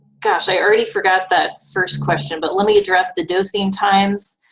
gosh, i already forgot that first question but let me address the dosing times.